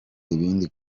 ibindi